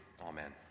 Amen